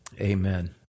amen